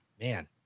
man